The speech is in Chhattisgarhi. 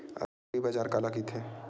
एग्रीबाजार काला कइथे?